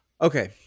Okay